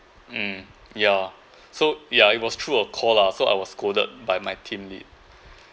mm yeah so yeah it was through a call lah so I was scolded by my team lead